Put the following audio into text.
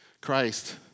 Christ